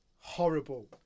horrible